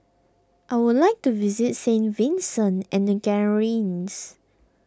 I would like to visit Saint Vincent and the Grenadines